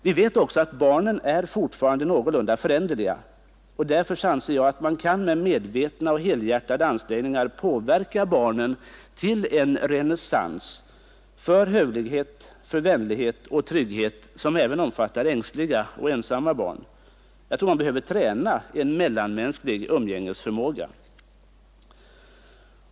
Vi vet också att barnen fortfarande är någorlunda föränderliga, och därför anser jag att man kan med medvetna och helhjärtade ansträngningar påverka barnen till en renässans för hövlighet, vänlighet och trygghet som även omfattar ängsliga och ensamma barn. Jag tror att man behöver träna en mellanmänsklig umgängesförmåga.